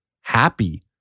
happy